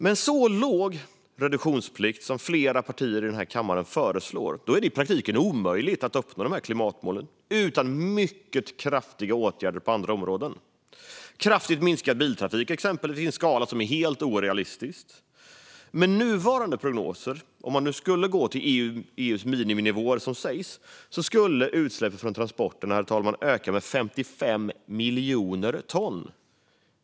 Med så låg reduktionsplikt som flera partier i den här kammaren föreslår är det i praktiken omöjligt att uppnå klimatmålen utan mycket kraftiga åtgärder på andra områden, till exempel kraftigt minskad biltrafik i en skala som är helt orealistisk. Herr talman! Med nuvarande prognoser - om man nu skulle gå till EU:s miniminivåer, som det sägs - skulle utsläppen från transporterna öka med 55 miljoner ton.